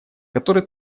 который